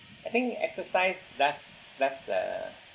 I think exercise does does uh